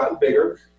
bigger